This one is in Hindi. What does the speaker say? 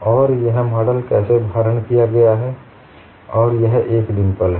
और यह मॉडल कैसे भारण किया गया है और यह एक डिंपल है